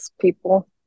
people